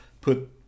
put